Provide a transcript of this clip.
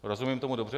Rozumím tomu dobře?